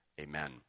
amen